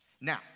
Now